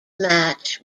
match